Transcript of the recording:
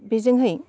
बेजोंहै